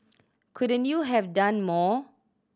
couldn't you have done more